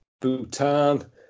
Bhutan